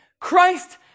Christ